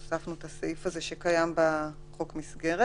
בתחילתו של הסעיף כתוב "לא יורה רופא מוסמך".